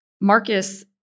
Marcus